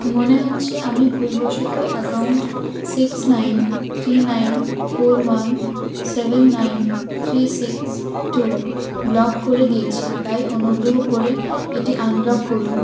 মনে হচ্ছে আমি ভুলবশত account six nine three nine four one seven nine three six two block করে দিয়েছি তাই অনুগ্রহ করে এটি আনব্লক করুন